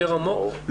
יותר עמוק,